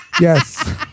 Yes